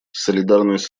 солидарность